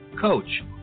coach